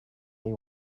they